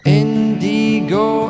indigo